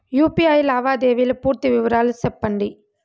UPI లావాదేవీల పూర్తి వివరాలు సెప్పండి?